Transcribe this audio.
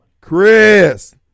Chris